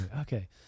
okay